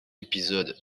épisodes